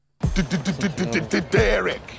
Derek